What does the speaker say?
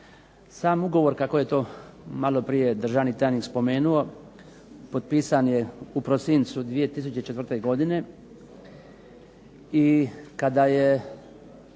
Sam ugovor kako je to malo prije državni tajnik spomenuo potpisan je u prosincu 2004. godine i kada je